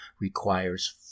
requires